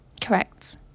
Correct